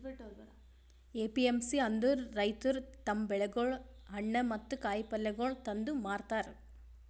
APMC ಅಂದುರ್ ರೈತುರ್ ತಮ್ ಬೆಳಿಗೊಳ್, ಹಣ್ಣ ಮತ್ತ ಕಾಯಿ ಪಲ್ಯಗೊಳ್ ತಂದು ಮಾರತಾರ್